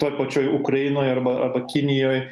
toj pačioj ukrainoj arba arba kinijoj